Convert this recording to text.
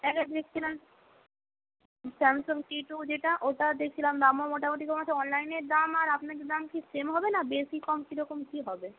একটা দেখছিলাম Samsung T two যেটা ওটা দেখছিলাম দামও মোটামুটি কম আছে অনলাইনের দাম আর আপনাদের দাম কি সেম হবে না বেশি কম কীরকম কী হবে